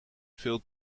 veel